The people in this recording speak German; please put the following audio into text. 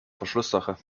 verschlusssache